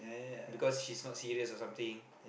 because she's not serious or something